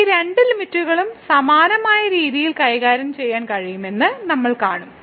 ഈ രണ്ട് ലിമിറ്റ്കളും സമാനമായ രീതിയിൽ കൈകാര്യം ചെയ്യാൻ കഴിയുമെന്ന് നമ്മൾ കാണും